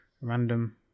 random